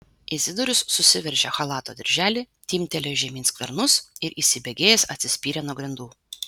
izidorius susiveržė chalato dirželį timptelėjo žemyn skvernus ir įsibėgėjęs atsispyrė nuo grindų